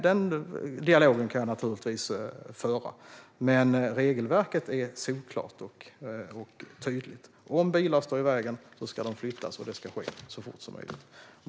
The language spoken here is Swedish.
Den dialogen kan jag naturligtvis föra, men regelverket är solklart och tydligt: Om bilar står i vägen ska de flyttas, och det ska ske så fort som möjligt.